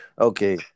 Okay